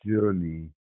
journey